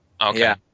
Okay